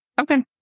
Okay